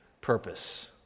purpose